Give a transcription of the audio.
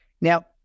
Now